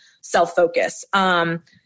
self-focus